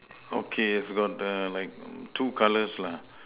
okay got the like two colours lah